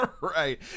Right